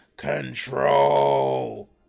control